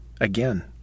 again